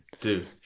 Dude